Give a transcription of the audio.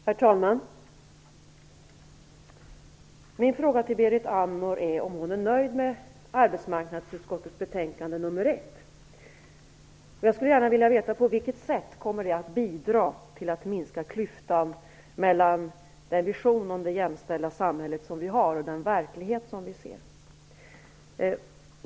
Herr talman! Min fråga till Berit Andnor är om hon är nöjd med arbetsmarknadsutskottets betänkande nr 1. Jag skulle gärna vilja veta på vilket sätt det kommer att bidra till att minska klyftan mellan den vision om det jämställda samhället som vi har och den verklighet som vi ser.